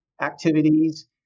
activities